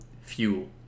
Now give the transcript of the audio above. fuel